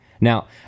Now